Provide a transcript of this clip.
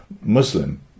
Muslim